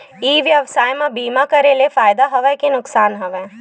ई व्यवसाय म बीमा करे ले फ़ायदा हवय के नुकसान हवय?